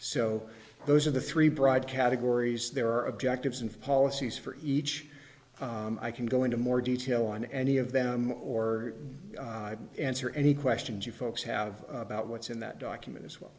so those are the three broad categories there are objectives and policies for each i can go into more detail on any of them or answer any questions you folks have about what's in that document as well